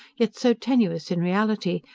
yet so tenuous in reality,